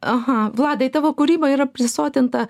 aha vladai tavo kūryba yra prisotinta